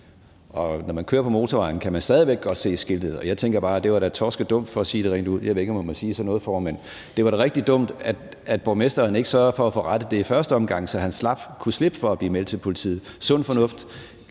og når man kører på motorvejen, kan man stadig væk godt se skiltet. Og jeg tænker bare, at det da var torskedumt, for at sige det rent ud, og jeg ved ikke, om man må sige sådan noget, formand, men det var da rigtig dumt, at borgmesteren ikke sørgede for at få rettet det i første omgang, så han kunne slippe for at blive meldt til politiet. Sund fornuft